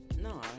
No